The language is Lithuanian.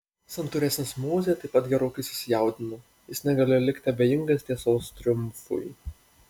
santūresnis mozė taip pat gerokai susijaudino jis negalėjo likti abejingas tiesos triumfui